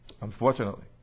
Unfortunately